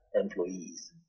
employees